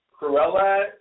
Cruella